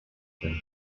him